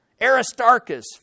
Aristarchus